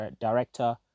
director